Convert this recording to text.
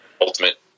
Ultimate